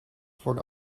voor